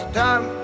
time